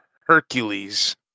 Hercules